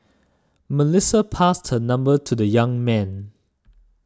Melissa passed her number to the young man